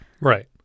Right